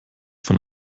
von